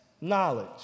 knowledge